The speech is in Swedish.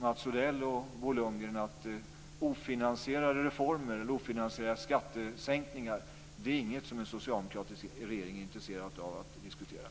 Mats Odell och Bo Lundgren om att ofinansierade reformer och skattesänkningar inte är något som den socialdemokratiska regeringen är intresserad av att diskutera.